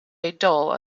dole